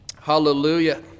Hallelujah